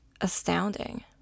astounding